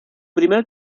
primer